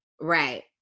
Right